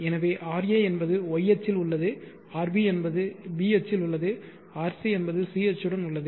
எனவே ra என்பது y அச்சில் உள்ளது rb என்பது B அச்சில் உள்ளது rc என்பது C அச்சுடன் உள்ளது